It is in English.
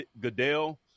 Goodell